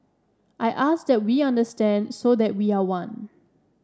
I ask that we understand so that we are one